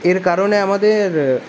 এর কারণে আমাদের